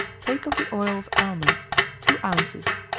take of the oil of almonds two ounces,